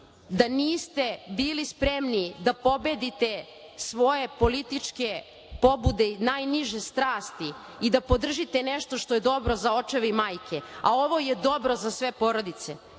da niste bili spremni da pobedite svoje političke pobude i najniže strasti i da podržite nešto što je dobro za očeve i majke, a ovo je dobro za sve porodice.